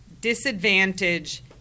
disadvantage